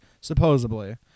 supposedly